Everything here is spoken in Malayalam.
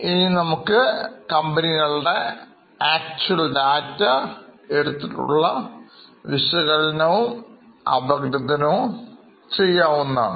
ഇനി നമുക്ക്കമ്പനികളുടെ ഡാറ്റ എടുത്തിട്ടുള്ള വിശകലനം അപഗ്രഥനവും ചെയ്യാവുന്നതാണ്